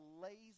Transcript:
lazy